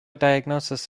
diagnosis